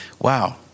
Wow